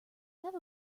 have